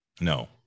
No